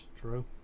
True